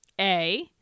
A-